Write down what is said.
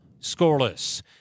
scoreless